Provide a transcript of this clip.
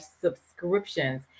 subscriptions